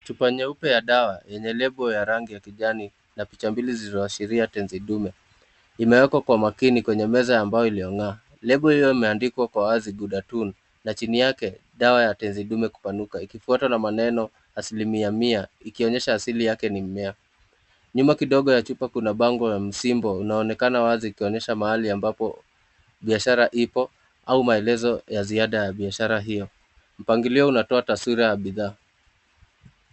Chupa nyeupe ya dawa yenye lebo ya rangi ya kijani, na picha mbili zilizoashiria tezi dume, imewekwa kwa makini kwenye meza ya mbao iliyong'aa. Lebo hiyo imeandikwa kwa wazi [gudatun], na chini yake, dawa ya tezi dume kupanuka ikifwatwa na maneno asilimia mia, ikionyesha asilimia yake ni mia. Nyuma kidogo ya chupa kuna bango la msimbo unaoonekana wazi kuonyesha mahali biashara ipo au maelezo ya ziada ya biashara hio. Mpangilio unatoa taswira ya bidhaa.